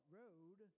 road